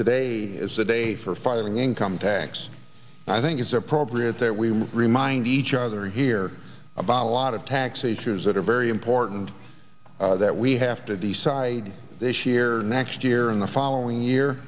today is a day for filing income tax i think it's appropriate that we remind each other here about a lot of taxes years that are very important that we have to decide this year next year in the following year